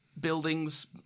buildings